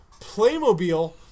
Playmobil